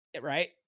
right